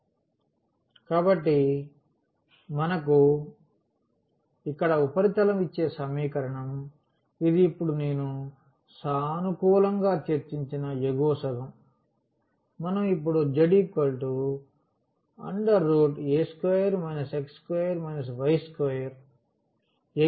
1519 చూడండి స్లయిడ్ సమయం కాబట్టి మనకు ఇక్కడ ఉపరితలం ఇచ్చే సమీకరణం ఇది ఇప్పుడు నేను సానుకూలంగా చర్చించిన ఎగువ సగం మనం ఇపుడు za2 x2 y2 ఎగువ సగానికి తీసుకుందాం